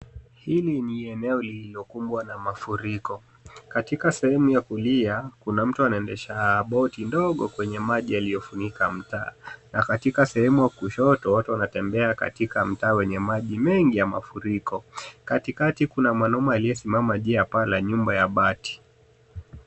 Hili ni eneo lililokumbwa na mafuriko. Katika sehemu ya kulia, kuna mtu anaendesha boti ndogo kwenye maji yaliyofunika mtaa na katika sehemu ya kushoto, watu wanatembea katika mtaa wenye maji mengi ya mafuriko. Katikati kuna mwanaume aliyesimama juu ya paa la nyumba ya bati.